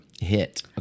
hit